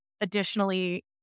Additionally